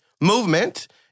movement